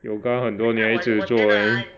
yoga 很多女孩子做 leh